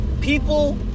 People